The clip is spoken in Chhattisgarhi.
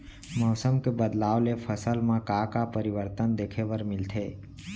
मौसम के बदलाव ले फसल मा का का परिवर्तन देखे बर मिलथे?